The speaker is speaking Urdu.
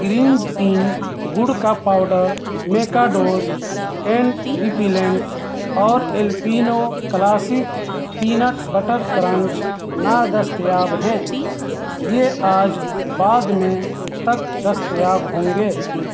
گرینز ان گڑ کا پاؤڈر میکاڈوز اینٹ ریپیلنٹ اور jalapeno classic peanut butter crunch نادستیاب ہیں یہ آج بعد میں تک دستیاب ہوں گے